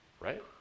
right